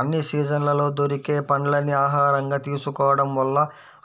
అన్ని సీజన్లలో దొరికే పండ్లని ఆహారంగా తీసుకోడం వల్ల